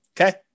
Okay